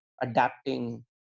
adapting